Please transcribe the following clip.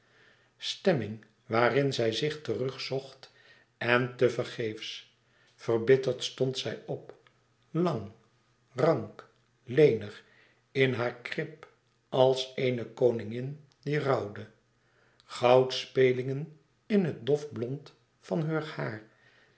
stemming waarin zij zich terug zocht en te vergeefs verbitterd stond zij op lang louis couperus extaze een boek van geluk rank lenig in haar krip als eene koningin die rouwde goudspelingen in het dof blond van heur haar